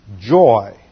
joy